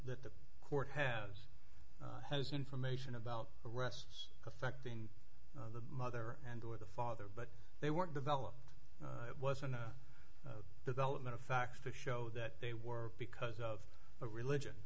that the court has has information about arrests affecting the mother and with the father but they weren't developed it wasn't a development of facts to show that they were because of a religion